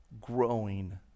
growing